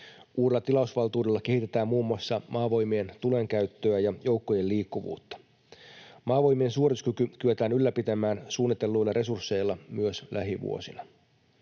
Uudella tilausvaltuudella kehitetään muun muassa Maavoimien tulenkäyttöä ja joukkojen liikkuvuutta. Maavoimien suorituskyky kyetään ylläpitämään suunnitelluilla resursseilla myös lähivuosina.